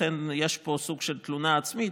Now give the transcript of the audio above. לכן יש פה סוג של תלונה עצמית,